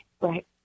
right